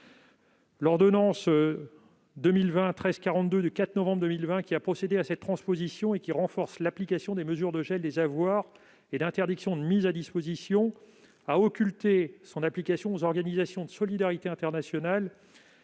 L'ordonnance n° 2020-1342 du 4 novembre 2020 qui a procédé à cette transposition et qui renforce l'application des mesures de gel des avoirs et d'interdiction de mise à disposition a en effet occulté son application aux organisations de solidarité internationale,